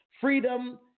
Freedom